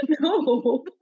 no